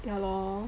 ya lor